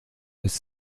ist